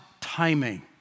timing